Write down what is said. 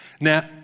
Now